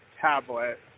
tablet